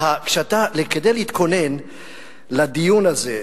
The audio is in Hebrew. כדי להתכונן לדיון הזה,